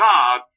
God